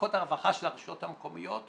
במחלקות הרווחה של הרשויות המקומיות,